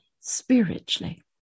spiritually